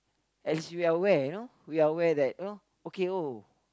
as we are aware you know we are aware that know okay oh